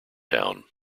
town